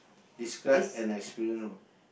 describe an experience